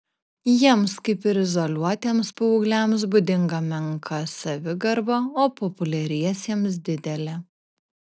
jiems kaip ir izoliuotiems paaugliams būdinga menka savigarba o populiariesiems didelė